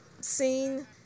scene